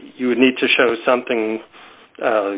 you would need to show something